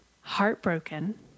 heartbroken